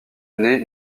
année